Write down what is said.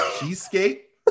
cheesecake